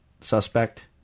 suspect